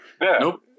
Nope